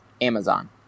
Amazon